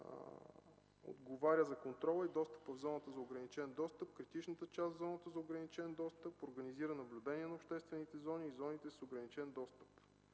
Отговаря за контрола и достъпа в зоната за ограничен достъп, критичната част в зоната за ограничен достъп, организира наблюдение на обществените зони и зоните с ограничен достъп.